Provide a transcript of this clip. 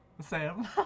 Sam